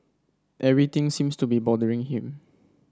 everything seems to be bothering him